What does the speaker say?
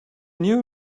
new